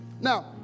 Now